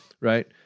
right